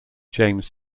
james